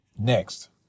next